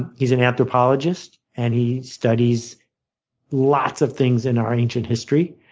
and he's an anthropologist and he studies lots of things in our ancient history.